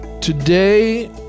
Today